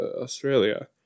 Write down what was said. Australia